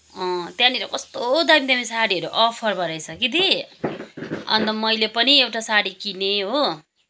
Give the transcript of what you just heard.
अँ त्यहाँनिर कस्तो दामी दामी सारीहरू अफरमा रहेछ कि दिदी अन्त मैले पनि एउटा सारी किनेँ हो